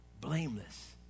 Blameless